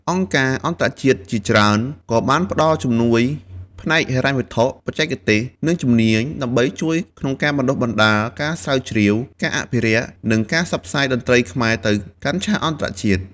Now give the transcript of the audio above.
អង្គការអន្តរជាតិជាច្រើន ក៏បានផ្តល់ជំនួយផ្នែកហិរញ្ញវត្ថុ បច្ចេកទេស និងជំនាញ ដើម្បីជួយក្នុងការបណ្តុះបណ្តាល ការស្រាវជ្រាវ ការអភិរក្ស និងការផ្សព្វផ្សាយតន្ត្រីខ្មែរទៅកាន់ឆាកអន្តរជាតិ។